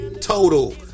Total